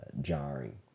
jarring